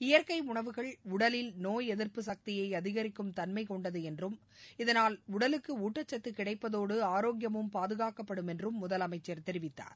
இயற்கை உணவுகள் உடலில் நோய் எதிர்ப்பு சக்தியை அதிகரிக்கும்தன்மை கொண்டது என்றும் இதனால் உடலுக்கு ஊட்டக்கத்து கிடைப்பதுடன் ஆரோக்கியமும் பாதுகாக்கப்படும் என்று அவர் கூறினார்